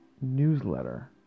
newsletter